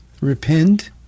repent